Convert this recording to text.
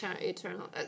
eternal